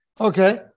Okay